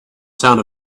sound